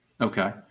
Okay